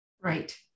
Right